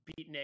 beatnik